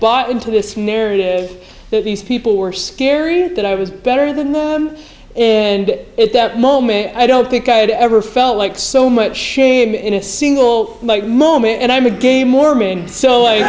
bought into this narrative that these people were scary that i was better than them and at that moment i don't think i had ever felt like so much shame in a single moment and i'm a gay mormon so